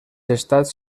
estats